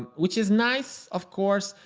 and which is nice, of course,